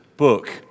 book